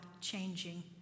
changing